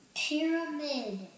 Pyramid